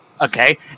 okay